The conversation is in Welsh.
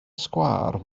sgwâr